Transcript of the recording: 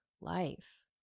life